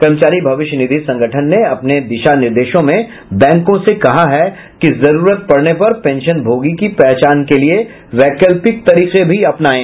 कर्मचारी भविष्य निधि संगठन ने अपने दिशा निर्देशों में बैंकों से कहा है कि जरूरत पड़ने पर पेंशनभोगी की पहचान के लिए वैकल्पिक तरीके भी अपनाये